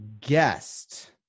guest